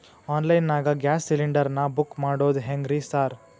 Online ನಾಗ gas cylinder ನಾ book ಮಾಡೋದ್ ಹೆಂಗ್ರಿ ಸಾರ್?